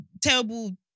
terrible